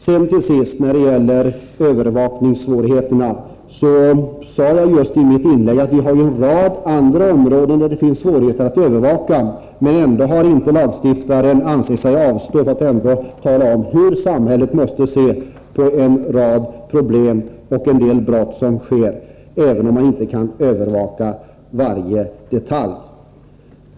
När det slutligen gäller övervakningssvårigheterna sade jag just i mitt inlägg att det finns en rad andra områden där vi har svårigheter med övervakningen. Men lagstiftaren har inte avstått från att tala om hur samhället måste se på en rad problem och en del brott, även om man inte kan övervaka varje detalj.